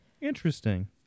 Interesting